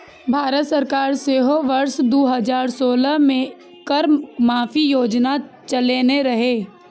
भारत सरकार सेहो वर्ष दू हजार सोलह मे कर माफी योजना चलेने रहै